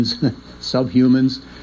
subhumans